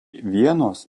vienos